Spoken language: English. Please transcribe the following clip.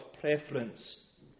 preference